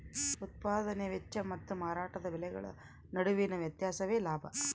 ಉತ್ಪದಾನೆ ವೆಚ್ಚ ಮತ್ತು ಮಾರಾಟದ ಬೆಲೆಗಳ ನಡುವಿನ ವ್ಯತ್ಯಾಸವೇ ಲಾಭ